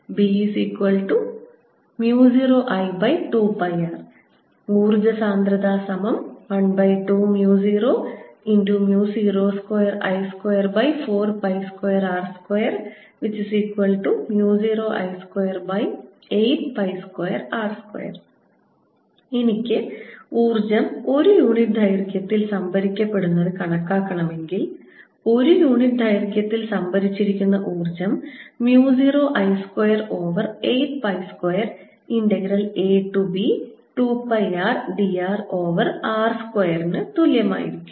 B0I2πr ഊർജ്ജ സാന്ദ്രത12002I242r20I282r2 എനിക്ക് ഊർജ്ജം ഒരു യൂണിറ്റ് ദൈർഘ്യത്തിൽ സംഭരിക്കപ്പെടുന്നത് കണക്കാക്കണമെങ്കിൽ ഒരു യൂണിറ്റ് ദൈർഘ്യത്തിൽ സംഭരിച്ചിരിക്കുന്ന ഊർജ്ജം mu 0 I square over 8 pi square integral a to b 2 pi r d r over r സ്ക്വയറിന് തുല്യമായിരിക്കും